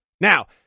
Now